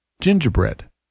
gingerbread